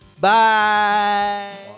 Bye